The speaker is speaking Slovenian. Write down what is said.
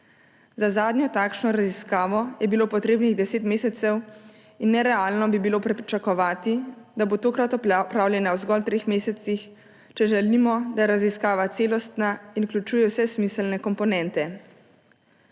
Za zadnjo takšno raziskavo je bilo potrebnih 10 mesecev in nerealno bi bilo pričakovati, da bo tokrat opravljena zgolj v treh mesecih, če želimo, da je raziskava celostna in vključuje vse smiselne komponente.